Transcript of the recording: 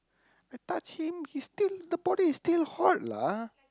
I touch him he's still the body is still hot lah